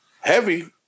heavy